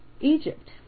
Egypt